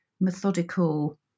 methodical